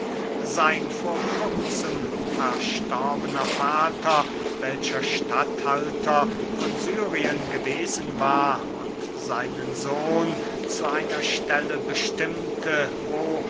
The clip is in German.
sein vor kurzem verstorbener vater welcher statthalter von syrien gewesen war und seinen sohn zu einer stelle bestimmte wo